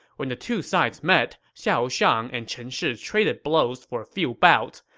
when the two sides met, xiahou shang and chen shi traded blows for a few bouts,